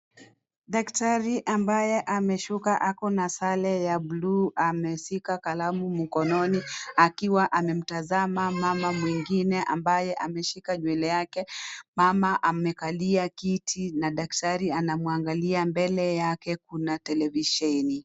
Daktari ambaye ameshuka ako na sare ya bulu ameshika kalamu mkononi akiwa amemtazama mama mwingine ambaye ameshika nywele yake, mama amekalia kiti na daktari anamwangalia, mbele yake kuna televisheni.